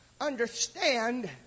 understand